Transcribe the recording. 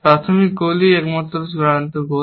প্রাথমিক গোলই একমাত্র চূড়ান্ত গোল